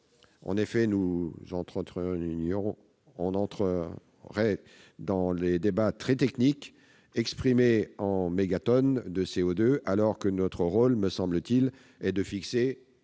En effet, nous entrerions alors dans des débats très techniques, exprimés en mégatonnes de CO2, alors que notre rôle me semble être de fixer